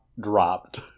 dropped